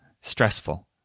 stressful